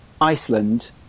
Iceland